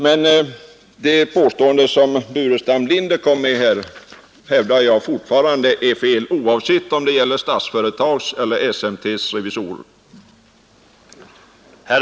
Men jag hävdar fortfarande att det påstående som herr Burenstam Linder kom med är fel, oavsett om det gäller Statsföretags eller SMT:s revisorer.